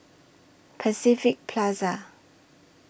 Pacific Plaza